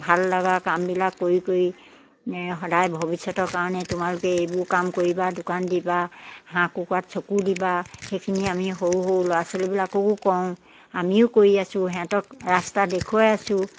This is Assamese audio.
ভাল লগা কামবিলাক কৰি কৰি সদায় ভৱিষ্যতৰ কাৰণে তোমালোকে এইবোৰ কাম কৰিবা দোকান দিবা হাঁহ কুকুৰাত চকু দিবা সেইখিনি আমি সৰু সৰু ল'ৰা ছোৱালীবিলাককো কওঁ আমিও কৰি আছোঁ সিহঁতক ৰাস্তা দেখুৱাই আছোঁ